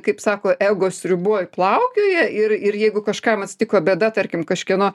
kaip sako ego sriuboj plaukioja ir ir jeigu kažkam atsitiko bėda tarkim kažkieno